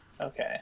Okay